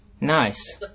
Nice